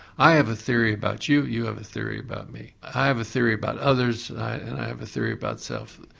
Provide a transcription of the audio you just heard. i have a theory about you, you have a theory about me. i have a theory about others and i have a theory about self,